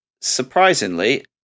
surprisingly